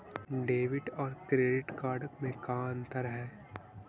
Debit और credit card में का अंतर है?